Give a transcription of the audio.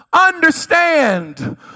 Understand